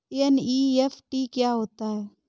NEFT क्या होता है?